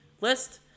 list